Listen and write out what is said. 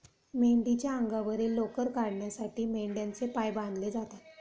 मेंढीच्या अंगावरील लोकर काढण्यासाठी मेंढ्यांचे पाय बांधले जातात